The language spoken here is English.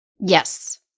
Yes